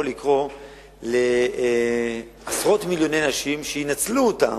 לקרות לעשרות מיליוני אנשים שינצלו אותם,